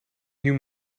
you